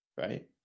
Right